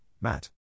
Matt